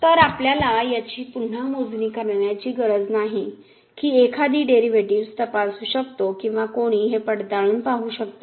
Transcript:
तर आपल्याला याची पुन्हा मोजणी करण्याची गरज नाही की एखादी डेरिव्हेटिव्ह्ज तपासू शकते किंवा कोणी हे पडताळून पाहू शकते